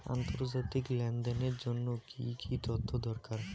আন্তর্জাতিক লেনদেনের জন্য কি কি তথ্য দরকার?